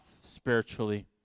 spiritually